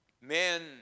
men